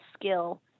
skill